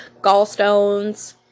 Gallstones